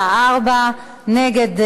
4, נגד,